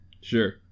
Sure